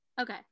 Okay